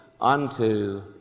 unto